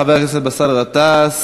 חבר הכנסת באסל גטאס.